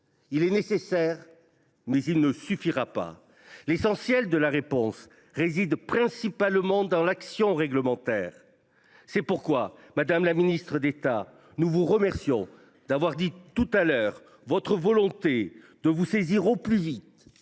Il est nécessaire, mais il ne suffira pas : l’essentiel de la réponse réside dans l’action réglementaire. C’est pourquoi, madame la ministre d’État, nous vous remercions d’avoir dit tout à l’heure votre volonté de vous saisir au plus vite